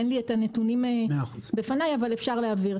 אין לי את הנתונים בפני, אבל אפשר להעביר.